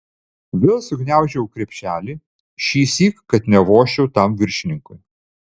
vėl sugniaužiau krepšelį šįsyk kad nevožčiau tam viršininkui